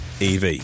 EV